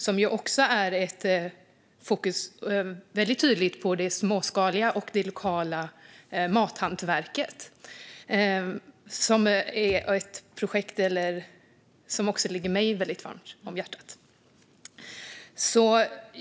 De har också ett väldigt tydligt fokus på det småskaliga och det lokala mathantverket, som ligger även mig väldigt varmt om hjärtat.